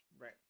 Right